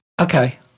Okay